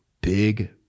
big